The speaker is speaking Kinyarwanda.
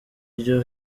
ryo